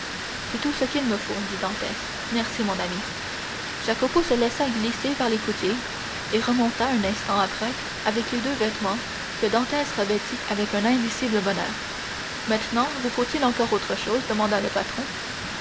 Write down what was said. c'est tout ce qu'il me faut dit dantès merci mon ami jacopo se laissa glisser par l'écoutille et remonta un instant après avec les deux vêtements que dantès revêtit avec un indicible bonheur maintenant vous faut-il encore autre chose demanda le patron